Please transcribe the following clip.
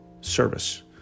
service